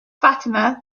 fatima